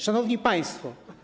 Szanowni Państwo!